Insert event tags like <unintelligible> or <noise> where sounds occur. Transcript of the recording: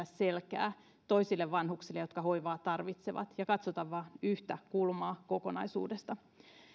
<unintelligible> selkää toisille vanhuksille jotka hoivaa tarvitsevat ja katso vain yhtä kulmaa kokonaisuudesta